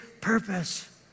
purpose